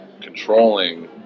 controlling